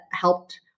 helped